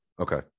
Okay